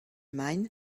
main